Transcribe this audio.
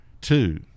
Two